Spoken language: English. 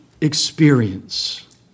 experience